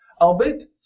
Albeit